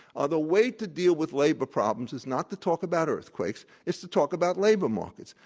ah the way to deal with labor problems is not to talk about earthquakes it's to talk about labor markets.